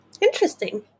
Interesting